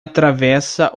atravessa